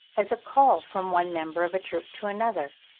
as a call from one member of a troop to another,